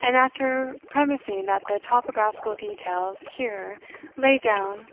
and after premising that the topographical details here laid down